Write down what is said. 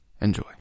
Enjoy